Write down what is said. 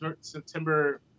September